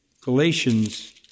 Galatians